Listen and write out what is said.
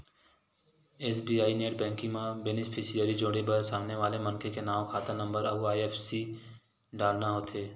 SBI net banking म beneficiary जोड़े बर सामने वाला मनखे के नांव, खाता नंबर अउ आई.एफ.एस.सी डालना होथे